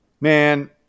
man